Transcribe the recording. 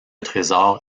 trésor